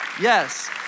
yes